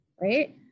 right